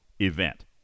event